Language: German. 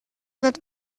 wird